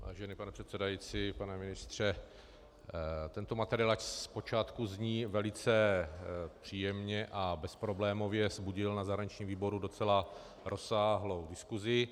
Vážený pane předsedající, pane ministře, tento materiál, ač zpočátku zní velice příjemně a bezproblémově, vzbudil na zahraničním výboru docela rozsáhlou diskusi.